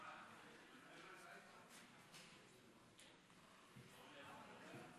אדוני היושב-ראש, חבריי חברי